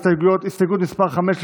הסתייגות מס' 5,